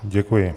Děkuji.